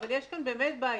אבל יש כאן באמת בעיה,